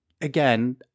again